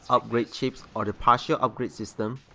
upgrade chips or the partial upgrade system,